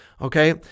Okay